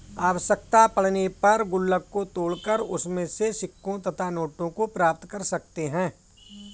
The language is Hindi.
आवश्यकता पड़ने पर गुल्लक को तोड़कर उसमें से सिक्कों तथा नोटों को प्राप्त कर सकते हैं